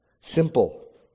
simple